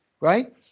Right